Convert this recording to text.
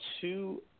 two